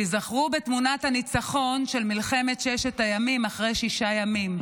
תיזכרו בתמונת הניצחון של מלחמת ששת הימים אחרי שישה ימים,